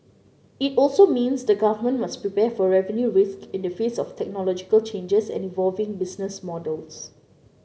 it also means the government must prepare for revenue risks in the face of technological changes and evolving business models